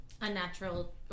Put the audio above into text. Unnatural